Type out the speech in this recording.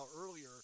earlier